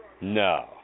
No